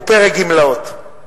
פרק נוסף הוא פרק גמלאות,